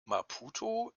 maputo